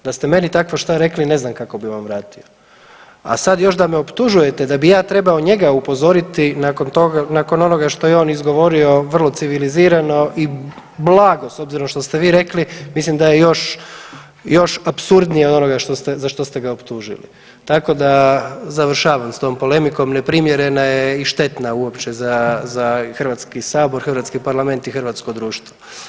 Da ste meni takvo što rekli ne znam kako bih vam vratio, a sad još da me optužujete da bih ja trebao njega upozoriti nakon onoga šta je on izgovorio vrlo civilizirano i blago s obzirom što ste vi rekli mislim da je još apsurdnije od onoga za što ste ga optužili, tako da završavam s tom polemikom, neprimjerena je i štetna uopće za HS, hrvatski Parlament i hrvatsko društvo.